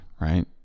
right